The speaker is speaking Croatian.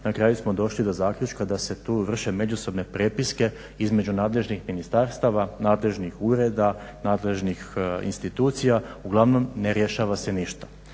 Na kraju smo došli do zaključka da se tu vrše međusobne prepiske između nadležnih ministarstava, nadležnih ureda, nadležnih institucija, uglavnom ne rješava se ništa.